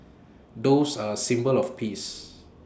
doves are symbol of peace